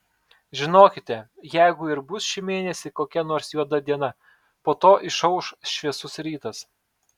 žinokite jeigu ir bus šį mėnesį kokia nors juoda diena po to išauš šviesus rytas